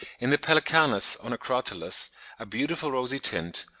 in the pelecanus onocrotalus a beautiful rosy tint,